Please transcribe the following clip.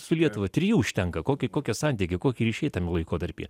su lietuva trijų užtenka kokie kokie santykiai kokie ryšiai tame laikotarpyje